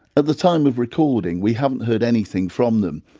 at the time of recording we haven't heard anything from them.